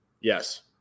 Yes